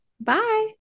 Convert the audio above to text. Bye